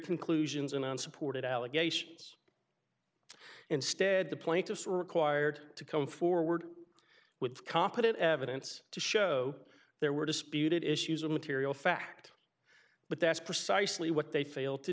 conclusions in unsupported allegations instead the plaintiffs are required to come forward with competent evidence to show there were disputed issues of material fact but that's precisely what they failed to